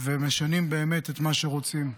ומשנים באמת את מה שרוצים.